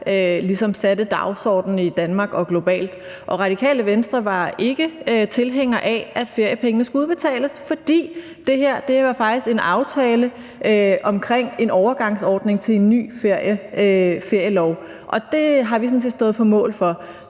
ligesom satte dagsordenen i Danmark og globalt – og Radikale Venstre var ikke tilhængere af, at feriepengene skulle udbetales, fordi det her faktisk var en del af en aftale om en overgangsordning til en ny ferielov. Det har vi sådan set stået på mål for.